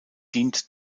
dient